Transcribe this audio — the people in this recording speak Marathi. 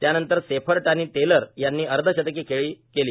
त्यानंतर सेफर्ट आणि टेलर यांनी अर्धशतकी खेळी केली